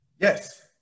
yes